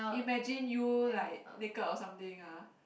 imagine you like naked or something ah